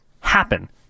happen